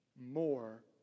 more